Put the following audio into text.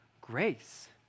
grace